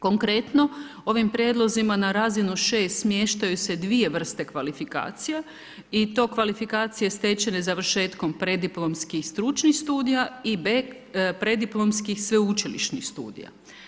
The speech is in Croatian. Konkretno ovim prijedlozima na razinu 6 smještaju se 2 vrste kvalifikacija i to kvalifikacije stečenih završetkom preddiplomskih i stručnih studija i B preddiplomskih sveučilišnih studija.